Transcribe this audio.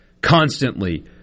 constantly